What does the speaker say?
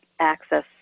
access